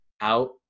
out